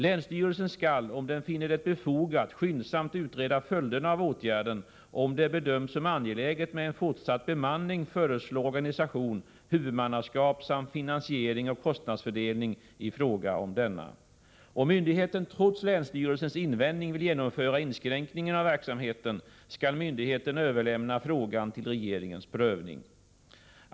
Länsstyrelsen skall om den finner det befogat skyndsamt utreda följderna av åtgärden och om det bedöms som angeläget med en fortsatt bemanning föreslå organisation, huvudmannaskap samt finansiering och kostnadsfördelning i fråga om denna. Om myndigheten trots länsstyrelsens invändning vill genomföra inskränkningen av verksamheten skall myndigheten överlämna frågan till regeringens prövning.